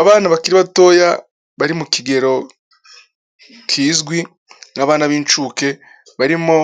Abana bakiri batoya bari mu kigero kizwi, ni abana b'incuke, barimo